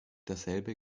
dasselbe